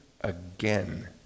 again